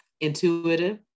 intuitive